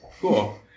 Cool